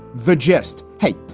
the gist? hey,